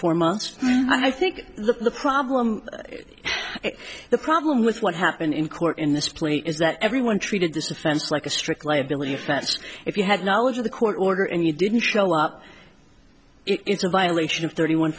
four months i think the problem the problem with what happened in court in this plea is that everyone treated this offense like a strict liability offense if you had knowledge of the court order and you didn't show up it's a violation of thirty one